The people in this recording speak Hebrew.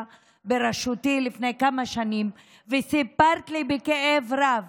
בראשותי לפני כמה שנים וסיפרת לי בכאב רב